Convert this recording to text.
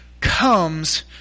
comes